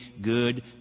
good